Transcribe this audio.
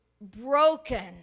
broken